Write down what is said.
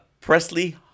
Presley